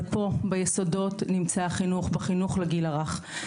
אבל פה ביסודות נמצא החינוך, בחינוך לגיל הרך.